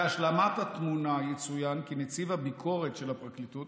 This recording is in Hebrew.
להשלמת התמונה יצוין כי נציב הביקורת של הפרקליטות,